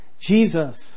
Jesus